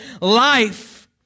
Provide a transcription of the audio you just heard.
life